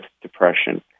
depression